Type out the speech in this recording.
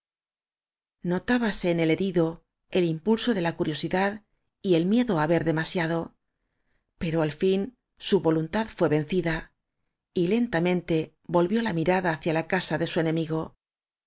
notábanse en el herido el impulso de la curiosidad y el miedo á ver demasiado pero al fin su voluntad fué vencida y lentamente vol vió la mirada hacia la casa de su enemigo